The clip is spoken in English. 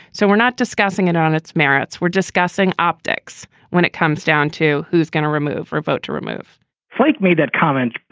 so we're not discussing it on its merits. we're discussing optics when it comes down to who's going to remove for vote to remove flake made that comment.